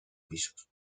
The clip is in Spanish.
pisos